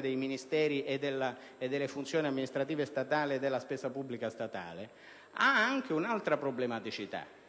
dei Ministeri, delle funzioni amministrative statali e della spesa pubblica statale, presenta anche un'altra problematicità.